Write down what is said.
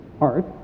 art